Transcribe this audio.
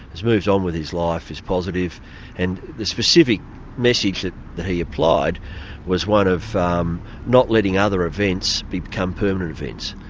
he's moved on with his life, he's positive and the specific message that he applied was one of um not letting other events become permanent events.